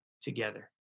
together